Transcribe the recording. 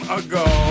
ago